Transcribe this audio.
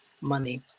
money